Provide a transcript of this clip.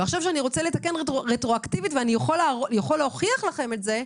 ועכשיו כשאני רוצה לתקן רטרואקטיבית ואני יכול להוכיח לכם את זה,